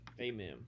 Amen